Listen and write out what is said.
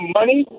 money